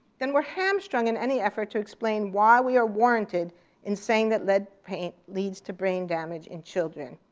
then we're hamstrung in any effort to explain why we are warranted in saying that lead paint leads to brain damage in children.